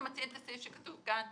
אנחנו מציעים שסעיף שכתוב כאן,